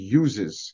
uses